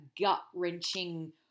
gut-wrenching